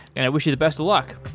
and i wish you the best of luck.